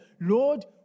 Lord